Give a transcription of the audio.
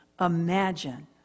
imagine